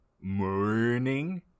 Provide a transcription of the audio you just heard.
morning